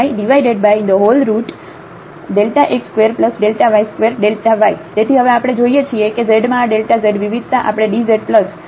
Δxx2y2xΔyx2y2y તેથી હવે આપણે જોઈએ છીએ કે z માં આ ડેલ્ટા z વિવિધતા આપણે dz એપ્સીલોન 1 તરીકે લખી શકીએ છીએ